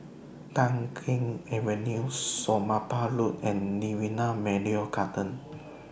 Tai Keng Avenue Somapah Road and Nirvana Memorial Garden